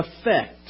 effect